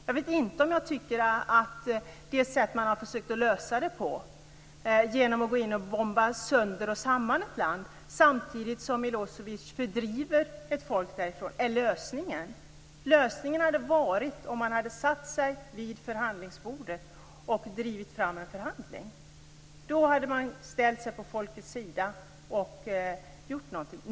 Jag vet inte om jag tycker att det sätt som man har försökt att lösa det på - genom att gå in och bomba ett land sönder och samman samtidigt som Miloseviç fördriver ett folk därifrån - är lösningen. Lösningen hade varit att sätta sig vid förhandlingsbordet och driva fram en förhandling. Då hade man ställt sig på folkets sida och gjort något.